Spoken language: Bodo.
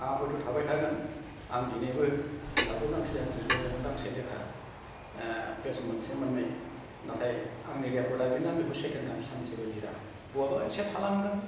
आंहा हयथ' थाबाय थागोन आं दिनैबो दाबो गांसे आं लिरबाय थादों गांसे लेखा पेज मोनसे मोन्नै नाथाय आंनि रेकर्डआ बेनो आं बेखौ सेकेन्ड टाइम सानसेबो लेरा बहाबा एसेया थालांदों